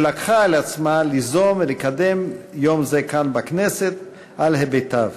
שלקחה על עצמה ליזום ולקדם יום זה כאן בכנסת על היבטיו.